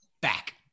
back